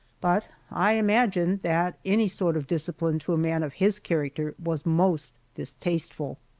but i imagine that any sort of discipline to a man of his character was most distasteful.